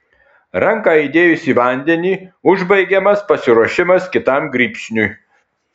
ranką įdėjus į vandenį užbaigiamas pasiruošimas kitam grybšniui